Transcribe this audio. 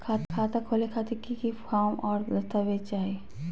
खाता खोले खातिर की की फॉर्म और दस्तावेज चाही?